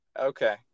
Okay